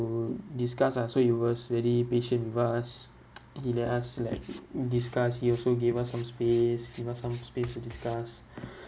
discuss ah so he was very patient with us he let us like mm discuss he also gave us some space give us some space to discuss